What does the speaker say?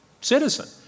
citizen